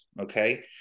Okay